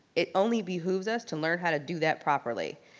it only behooves us to learn how to do that properly.